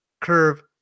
curve